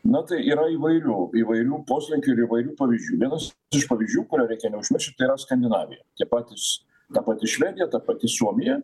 na tai yra įvairių įvairių poslinkių ir įvairių pavyzdžių vienas iš pavyzdžių kurių reikia neužmiršti tai yra skandinavija tie patys ta pati švedija ta pati suomija